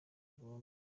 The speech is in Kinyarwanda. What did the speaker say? burundu